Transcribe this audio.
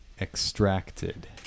extracted